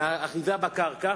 מהאחיזה בקרקע,